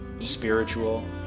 spiritual